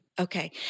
Okay